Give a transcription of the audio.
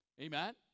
Amen